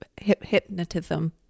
hypnotism